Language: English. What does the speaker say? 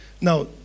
Now